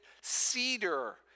cedar